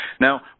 Now